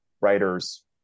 writers